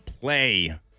play